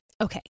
Okay